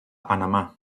panamá